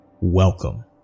Welcome